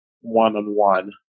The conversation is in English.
one-on-one